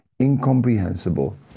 incomprehensible